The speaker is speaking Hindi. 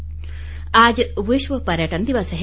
पर्यटन दिवस आज विश्व पर्यटन दिवस है